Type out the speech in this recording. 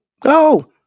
go